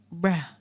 Bruh